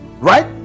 Right